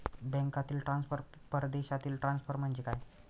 बँकांतील ट्रान्सफर, परदेशातील ट्रान्सफर म्हणजे काय?